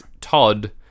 Todd